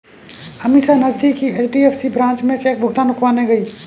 अमीषा नजदीकी एच.डी.एफ.सी ब्रांच में चेक भुगतान रुकवाने गई